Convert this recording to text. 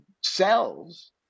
cells